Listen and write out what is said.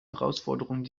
herausforderung